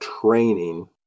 training